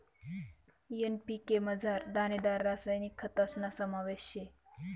NPK मझार दानेदार रासायनिक खतस्ना समावेश शे